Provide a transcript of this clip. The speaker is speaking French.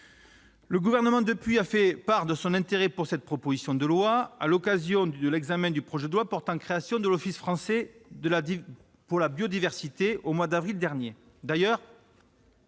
Le Gouvernement, depuis lors, a fait part de son intérêt pour ce texte, à l'occasion de l'examen du projet de loi portant création de l'Office français pour la biodiversité, au mois d'avril dernier.